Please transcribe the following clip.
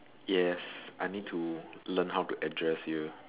yes I need to learn how to address you